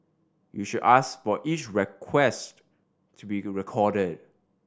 you should ask for each request to be recorded